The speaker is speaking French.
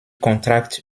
contracte